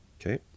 Okay